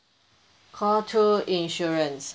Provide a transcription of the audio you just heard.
call two insurance